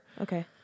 Okay